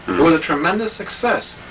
it was a tremendous success.